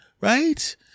Right